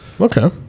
Okay